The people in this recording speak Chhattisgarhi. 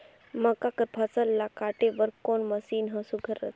मक्का कर फसल ला काटे बर कोन मशीन ह सुघ्घर रथे?